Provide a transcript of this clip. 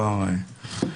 בוקר טוב.